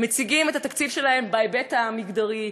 מציגים את התקציב שלהם בהיבט המגדרי,